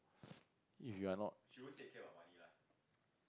if you're not